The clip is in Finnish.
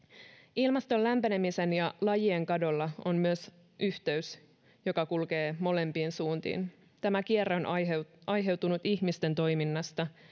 ilmaston lämpenemisellä ja lajien kadolla on myös yhteys joka kulkee molempiin suuntiin tämä kierre on aiheutunut ihmisten toiminnasta